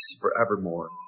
forevermore